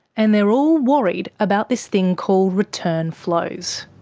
and they're all worried about this thing called return flows.